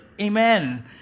Amen